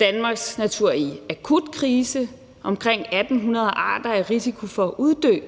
Danmarks natur er i akut krise. Omkring 1.800 arter er i risiko for at uddø,